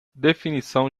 definição